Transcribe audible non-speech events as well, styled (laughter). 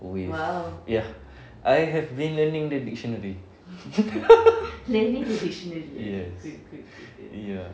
with ya I have been learning the dictionary (laughs) yes (breath) ya